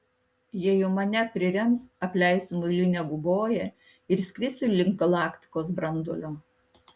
jei jau mane prirems apleisiu muilinę guboją ir skrisiu link galaktikos branduolio